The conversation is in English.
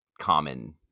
common